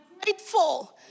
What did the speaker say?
grateful